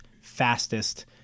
fastest